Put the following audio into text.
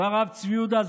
והרב צבי יהודה,